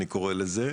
אני קורא לזה,